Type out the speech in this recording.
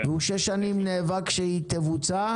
במשך שש שנים הוא נאבק כדי שהיא תבוצע,